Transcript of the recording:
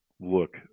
look